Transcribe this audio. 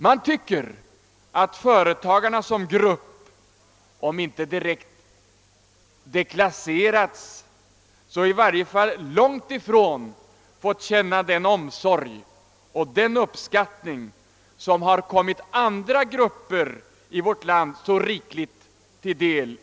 Man tycker att företagarna som grupp, om inte direkt deklasserats, så i varje fall långt ifrån fått känna den omsorg och den uppskattning som i debatten har kommit andra grupper i vårt land så rikligt till del.